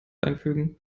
einfügen